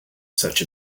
such